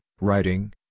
writing